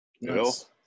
yes